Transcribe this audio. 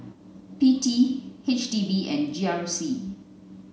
P T H D B and G R C